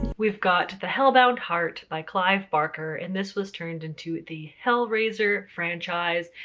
we've got the hellbound heart by clive barker and this was turned into the hellraiser franchise.